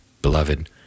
Beloved